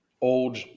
old